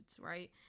right